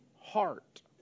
heart